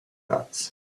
dots